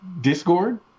Discord